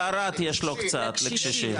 בערד יש לא קצת לקשישים.